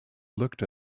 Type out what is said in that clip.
looked